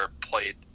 played